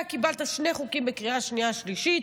אתה קיבלת שני חוקים בקריאה השנייה והשלישית.